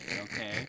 okay